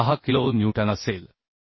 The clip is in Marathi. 36 किलो न्यूटन असेल